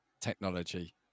technology